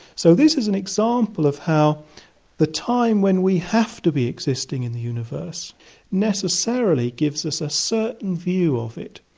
so this is an example of how the time when we have to be existing in the universe necessarily gives us a certain view of it,